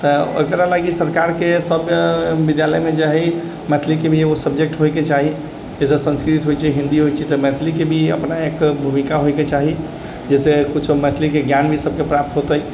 तऽ एकरा लागी सरकारके सब विद्यालयमे जे हइ मैथिलीके भी एगो सबजेक्ट होइके चाही जइसे संस्कृत होइ छै हिन्दी होइ छै तऽ मैथिलीके भी अपना एक भूमिका होइके चाही जइसे किछु मैथिलीके ज्ञान भी सबके प्राप्त होते